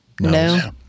No